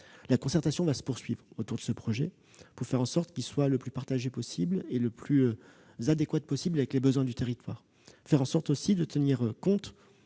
La concertation va se poursuivre autour de ce projet pour faire en sorte qu'il soit le plus partagé et le plus adéquat possible avec les besoins du territoire. Il doit aussi tenir compte